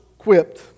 quipped